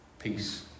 Peace